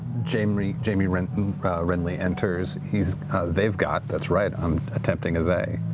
jamie jamie wrenly wrenly enters. he's they've got that's right, i'm attempting a they.